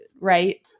right